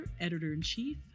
editor-in-chief